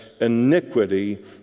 iniquity